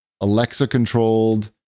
Alexa-controlled